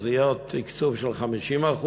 יהיה תקצוב של 50%,